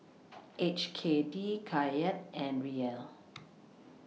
H K D Kyat and Riel